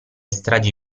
stragi